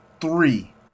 Three